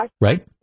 Right